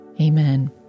Amen